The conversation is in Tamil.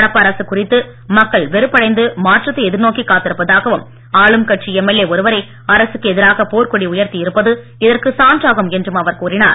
நடப்பு அரசு குறித்து மக்கள் வெறுப்படைந்து மாற்றத்தை எதிர்நோக்கிக் காத்திருப்பதாகவும் ஆளும் கட்சி எம்எல்ஏ ஒருவரே அரசுக் எதிராக போர்க்காடி உயர்த்தியிருப்பது இதற்கு சான்றாகும் என்று அவர் கூறினார்